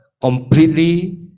completely